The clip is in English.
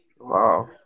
Wow